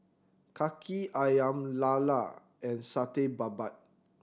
Kaki Ayam Lala and Satay Babat